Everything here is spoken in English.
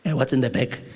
and what's in the bag?